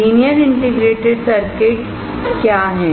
linear integrated circuit क्या हैं